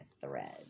thread